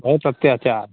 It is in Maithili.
बहुत अत्याचार